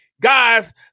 Guys